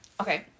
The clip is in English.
Okay